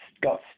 got